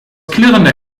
klirrender